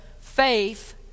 faith